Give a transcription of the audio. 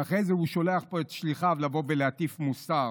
ואחרי זה הוא שולח לפה את שליחיו לבוא ולהטיף מוסר.